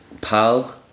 pal